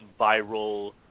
viral